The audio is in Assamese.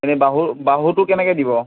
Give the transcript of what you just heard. এনেই বাহু বাহুটো কেনেকৈ দিব